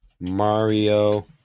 Mario